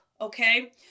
okay